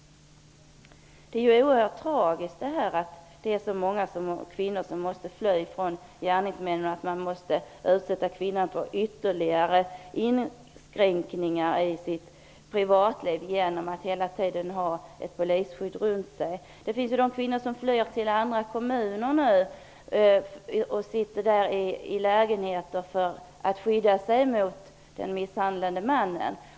Det är oerhört tragiskt att så många kvinnor måste fly från gärningsmännen och blir utsatta för ytterligare inskränkningar i privatlivet genom att ständigt ha polisskydd. Det finns kvinnor som flyttar till en annan kommun och sitter där i en lägenhet för att skydda sig mot den misshandlande mannen.